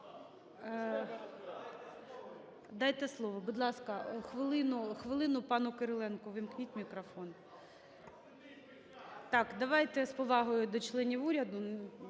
Дайте слово. Будь ласка, хвилину. Пану Кириленку ввімкніть мікрофон. Так, давайте з повагою до членів уряду.